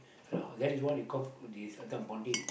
for the holiday that is what you call this one bonding